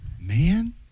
man